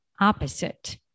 opposite